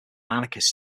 anarchists